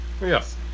Yes